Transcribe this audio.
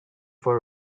for